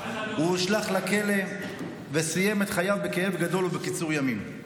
והוא הושלך לכלא וסיים את חייו בכאב גדול ובקיצור ימים.